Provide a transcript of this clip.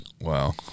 Wow